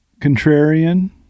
contrarian